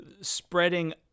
spreading